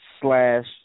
slash